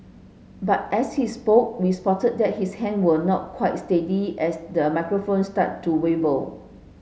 but as he spoke we spotted that his hand were not quite sturdy as the microphone started to waver